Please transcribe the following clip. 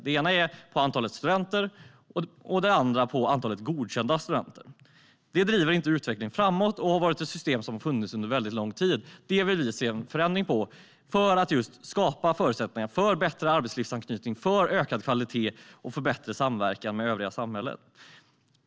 Det ena är per antalet studenter och det andra per antalet godkända studenter. Det driver inte utvecklingen framåt. Det har varit ett system som har funnits under väldigt lång tid. Det vill vi se en förändring av för att just skapa förutsättningar för bättre arbetslivsanknytning, ökad kvalitet och bättre samverkan med övriga samhället.